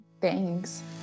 Thanks